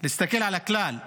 להסתכל על הכלל.